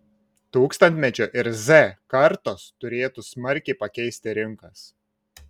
tūkstantmečio ir z kartos turėtų smarkiai pakeisti rinkas